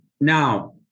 now